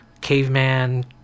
caveman